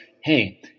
hey